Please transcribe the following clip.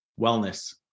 Wellness